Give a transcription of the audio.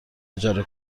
اجاره